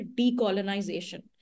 decolonization